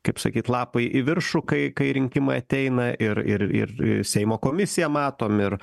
kaip sakyt lapai į viršų kai kai rinkimai ateina ir ir ir seimo komisiją matom ir